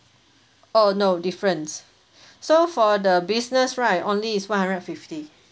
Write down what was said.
oh no different so for the business right only is one hundred and fifty